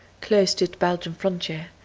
close to the belgian frontier,